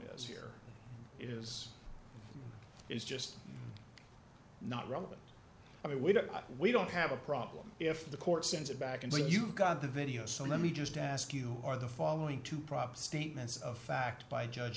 is here is is just not relevant i mean we don't we don't have a problem if the court sends it back and when you've got the video so let me just ask you are the following to prop statements of fact by judge